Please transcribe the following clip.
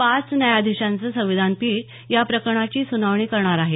पाच न्यायाधीशांचं संविधान पीठ या प्रकरणांची सुनावणी करणार आहे